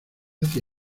hacia